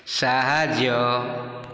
ସାହାଯ୍ୟ